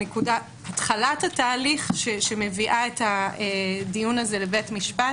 התחלת התהליך שמביאה את הדיון הזה לבית המשפט